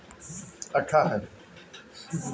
पातगोभी के सब्जी अउरी सलाद बनेला